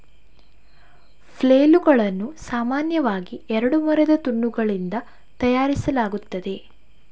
ಫ್ಲೇಲುಗಳನ್ನು ಸಾಮಾನ್ಯವಾಗಿ ಎರಡು ಮರದ ತುಂಡುಗಳಿಂದ ತಯಾರಿಸಲಾಗುತ್ತದೆ